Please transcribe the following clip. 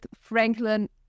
Franklin